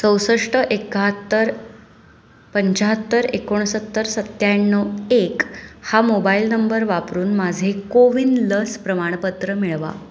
चौसष्ट एकाहत्तर पंच्याहत्तर एकोणसत्तर सत्त्याण्णव एक हा मोबाईल नंबर वापरून माझे कोविन लस प्रमाणपत्र मिळवा